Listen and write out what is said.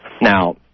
Now